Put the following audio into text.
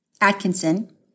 Atkinson